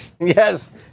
yes